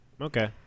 Okay